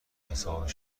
حساب